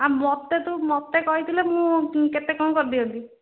ଆ ମୋତେ ତୁ ମୋତେ କହିଥିଲେ ମୁଁ କେତେ କ'ଣ କରି ଦିଅନ୍ତି